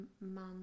man